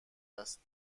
است